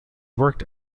worked